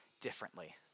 differently